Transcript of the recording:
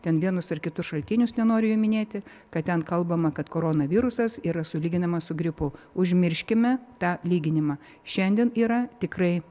ten vienus ar kitus šaltinius nenoriu jų minėti kad ten kalbama kad koronavirusas yra sulyginamas su gripu užmirškime tą lyginimą šiandien yra tikrai